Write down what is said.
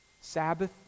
Sabbath